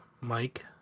Mike